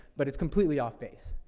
but it's completely off base.